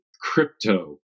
crypto